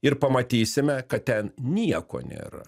ir pamatysime kad ten nieko nėra